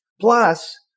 Plus